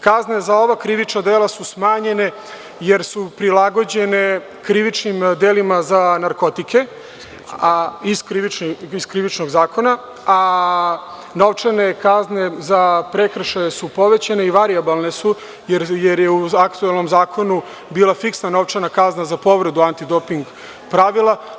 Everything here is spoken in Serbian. Kazne za ova krivična dela su smanjene jer su prilagođene krivičnim delima za narkotike iz Krivičnog zakona, a novčane kazne za prekršaje su povećane i varijabilne su, jer je u aktuelnom zakonu bila fiksna novčana kazne za povredu antidoping pravila.